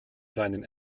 seinem